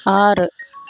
ஆறு